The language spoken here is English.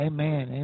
Amen